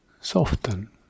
Soften